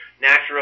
Natural